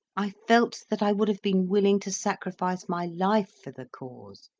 i felt that i would have been willing to sacrifice my life for the cause,